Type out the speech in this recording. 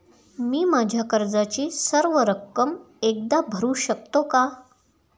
मी माझ्या कर्जाची सर्व रक्कम एकदा भरू शकतो का?